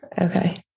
Okay